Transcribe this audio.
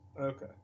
okay